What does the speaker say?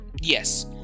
yes